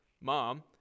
Mom